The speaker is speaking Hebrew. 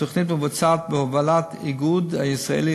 התוכנית מבוצעת בהובלת האיגוד הישראלי